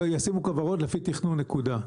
ישימו כוורות לפי תכנון, נקודה.